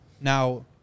Now